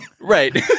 right